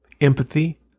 empathy